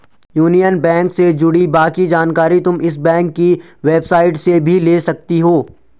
union bank से जुड़ी बाकी जानकारी तुम इस बैंक की वेबसाईट से भी ले सकती हो